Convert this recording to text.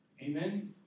Amen